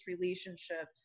relationship